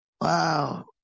Wow